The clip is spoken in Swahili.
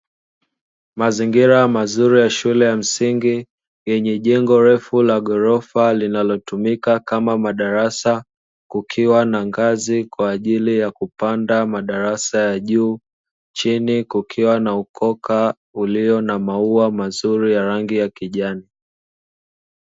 Mazingira mazuri ya shule ya msingi, yenye jengo refu la ghorofa linalotumika kama madarasa, kukiwa na ngazi kwa ajili ya kupanda madarasa ya juu, chini kukiwa na ukoka ulio na maua mazuri ya rangi ya kijani.